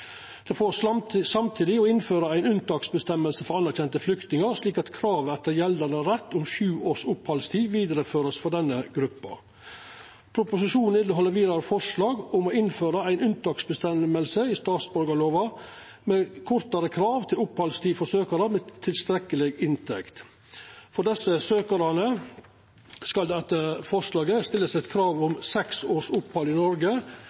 Det vert samtidig føreslått å innføra ei unntaksfråsegn for anerkjende flyktningar, slik at kravet etter gjeldande rett om sju års opphaldstid vert vidareført for denne gruppa. Proposisjonen inneheld vidare forslag om å innføra ei unntaksfråsegn i statsborgarlova med kortare krav til opphaldstid for søkjarar med tilstrekkeleg inntekt. For desse søkjarane skal det etter forslaget stillast krav om seks års opphald i Noreg